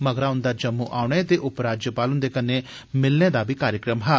मगरा उंदा जम्मू औने दे उपराज्यपाल हुंदे कन्नै मिलने दा बी कार्यक्रम हा